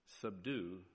subdue